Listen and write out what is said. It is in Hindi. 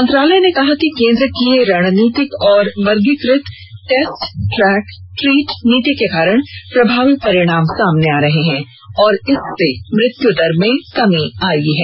मंत्रालय ने कहा है कि केन्द्र की रणनीतिक और वर्गीकृत टेस्ट ट्रैक ट्रीट नीति के कारण प्रभावी परिणाम सामने आ रहे हैं और इससे मृत्युदर में कमी आई है